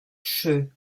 trzy